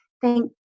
Thank